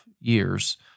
years